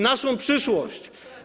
Naszą przyszłość.